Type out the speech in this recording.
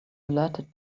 alerted